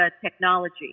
technology